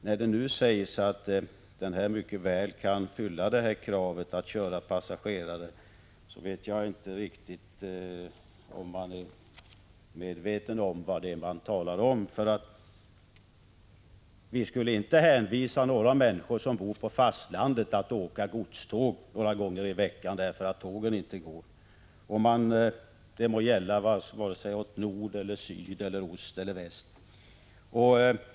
När det nu sägs att denna båt mycket väl kan uppfylla kravet på att köra passagerare, undrar jag om man är medveten om vad man talar om. Vi skulle inte hänvisa några människor som bor på fastlandet till att åka godståg några gånger i veckan därför att tågen inte går — det må vara åt nord, syd, ost eller väst.